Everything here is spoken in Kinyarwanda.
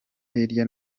hirya